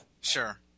sure